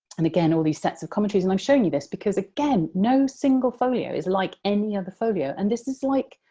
and again, all these sets of commentaries. and i'm showing you this because, again, no single folio is like any other folio. and this is like.